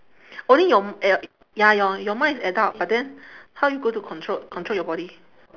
only your a~ ya your your mind is adult but then how you going to control control your body